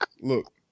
look